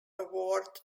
award